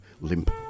limp